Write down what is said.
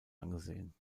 angesehen